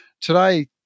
today